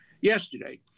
yesterday